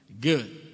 Good